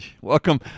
Welcome